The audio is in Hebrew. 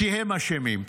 כי הם אשמים.